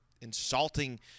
insulting